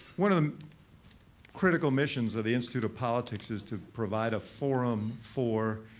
one of the critical missions of the institute of politics is to provide a forum for